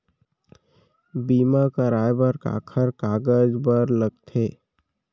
बीमा कराय बर काखर कागज बर लगथे?